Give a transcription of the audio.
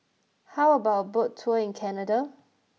how about a boat tour in Canada